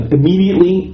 Immediately